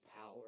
power